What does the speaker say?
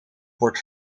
wordt